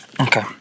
Okay